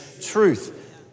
truth